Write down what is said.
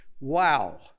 Wow